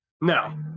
No